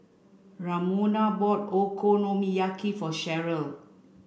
Ramona bought Okonomiyaki for Cheryl